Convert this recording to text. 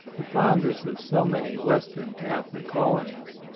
the foundress of so many western catholic colonies.